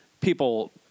people